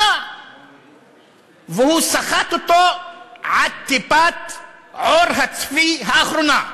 והוא סחט אותו עד טיפת עור הצבי האחרונה.